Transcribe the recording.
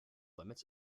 limits